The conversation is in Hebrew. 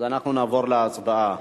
אנחנו נעבור להצבעה.